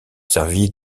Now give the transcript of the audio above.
servi